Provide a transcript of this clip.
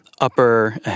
upper